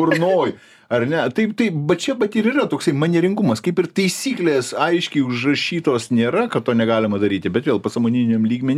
burnoj ar ne taip taip vat čia vat ir yra toksai manieringumas kaip ir taisyklės aiškiai užrašytos nėra kad to negalima daryti bet dėl pasąmoniniam lygmeny